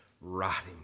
rotting